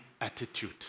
attitude